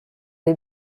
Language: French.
les